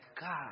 God